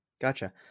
Gotcha